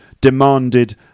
demanded